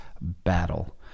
battle